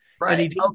Right